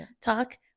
talk